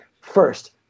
First